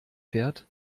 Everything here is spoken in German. fährt